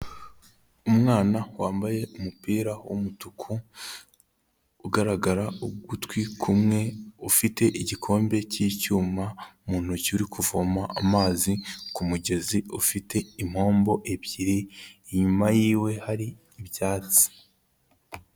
Umwana wambaye umupira w'umutuku, ugaragara ugutwi kumwe, ufite igikombe cy'icyuma mu ntoki, uri kuvoma amazi ku mugezi ufite impombo ebyiri, inyuma y'iwe hari ibyatsi.